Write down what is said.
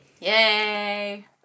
Yay